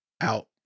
out